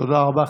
תודה רבה.